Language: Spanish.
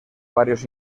varios